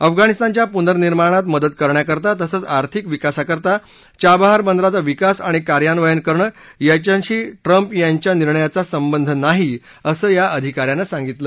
अफगाणिस्तानच्या पुर्ननिर्माणात मदत करण्याकरता तसंच आर्थिक विकासाकरता चाबहार बंदराचा विकास आणि कार्यान्वयन करणं याच्याशी ट्रम्प यांच्या निर्णयाचा संबंध नाही असं या अधिकाऱ्यांनी सांगितलं